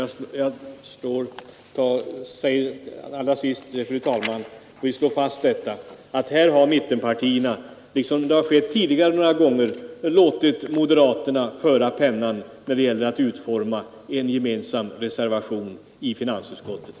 Jag vill allra sist, fru talman, slå fast att här har mittenpartierna liksom det har skett tidigare några gånger — låtit moderaterna i stor utsträckning föra pennan när det gällt att utforma den gemensamma reservationen i finansutskottet.